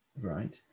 Right